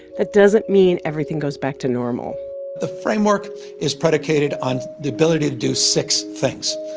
that doesn't mean everything goes back to normal the framework is predicated on the ability do six things.